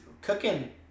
cooking